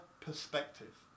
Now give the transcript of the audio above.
perspective